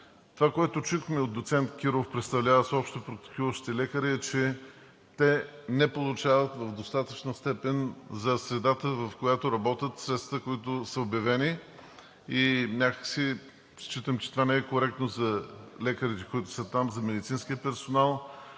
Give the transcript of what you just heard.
Това, което чухме от доцент Киров, представляващ общопрактикуващите лекари, е, че те не получават в достатъчна степен за средата, в която работят, средствата, които са обявени. Считам, че това не е коректно за лекарите, които са там, за медицинския персонал.